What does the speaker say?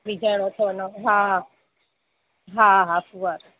विझाइणो अथव ना हा हा हा हा फुआरा